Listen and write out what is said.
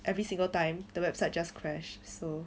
every single time the website just crashed so